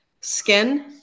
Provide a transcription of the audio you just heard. skin